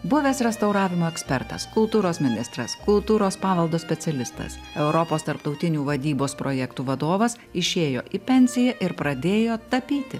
buvęs restauravimo ekspertas kultūros ministras kultūros paveldo specialistas europos tarptautinių vadybos projektų vadovas išėjo į pensiją ir pradėjo tapyti